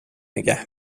نگه